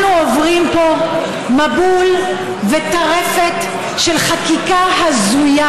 אנחנו עוברים פה מבול וטרפת של חקיקה הזויה,